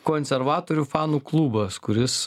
konservatorių fanų klubas kuris